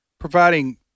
providing